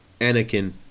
Anakin